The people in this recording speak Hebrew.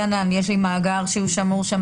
כמו שכתוב פה,